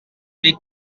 big